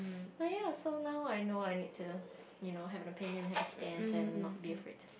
like ya so now I know I need to you know have an opinion have a stance and not be afraid to